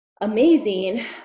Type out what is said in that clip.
amazing